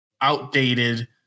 outdated